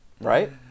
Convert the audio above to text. Right